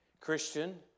Christian